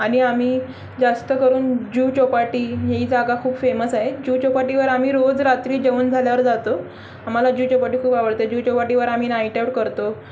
आणि आम्ही जास्त करून जुहू चौपाटी ही जागा खूप फेमस आहे जुहू चौपाटीवर आम्ही रोज रात्री जेवण झाल्यावर जातो आम्हाला जूऊ चौपाटी खूप आवडते जूऊ चौपाटीवर आम्ही नाईटआऊट करतो